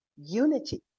unity